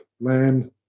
land